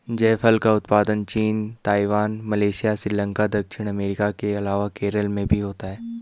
जायफल का उत्पादन चीन, ताइवान, मलेशिया, श्रीलंका, दक्षिण अमेरिका के अलावा केरल में भी होता है